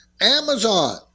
Amazon